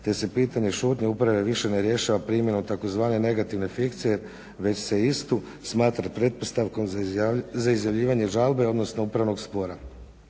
te se pitanje šutnje uprave više ne rješava primjenom tzv. negativne fikcije već se istu smatra pretpostavkom za izjavljivanje žalbe, odnosno upravnog spora.